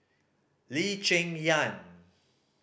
Lee Cheng Yan